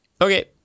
Okay